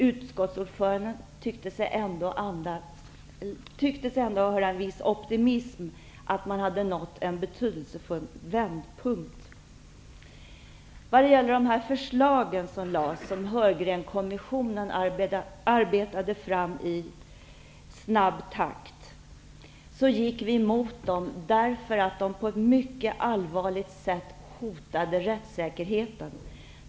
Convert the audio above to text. Utskottsordföranden tyckte sig ändå märka en viss optimism; att man hade nått en betydelsefull vändpunkt. De förslag som Heurgrenkommissionen arbetade fram i snabb takt gick vi emot, eftersom de på ett mycket allvarligt sätt hotade rättssäkerheten.